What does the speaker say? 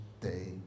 day